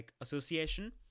association